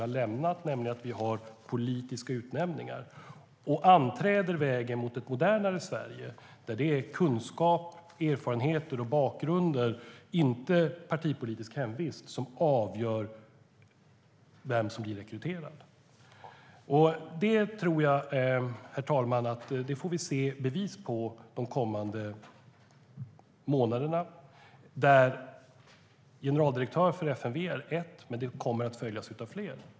Jag hoppas i grunden att vi har lämnat den och att vi anträder vägen till ett modernare Sverige där det är kunskap, erfarenheter och bakgrund, inte partipolitisk hemvist, som avgör vem som rekryteras. Det tror jag att vi får se bevis på under de kommande månaderna, herr talman. Generaldirektör för FMV är ett fall, men det kommer att följas av fler.